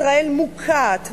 ישראל מוקעת,